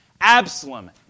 Absalom